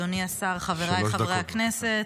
אדוני השר, חבריי חברי הכנסת,